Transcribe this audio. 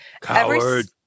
Coward